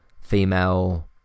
female